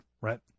Right